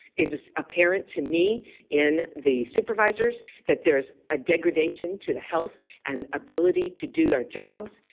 it is apparent to me in the supervisors that there's a degradation to the health and ability to do their jobs.